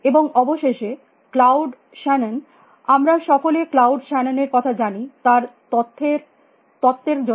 এবং অবশেষে Claude Shannon আমরা সকলে ক্লাউড শ্যানন এর কথা জানি তার তথ্যের তত্ত্বের জন্য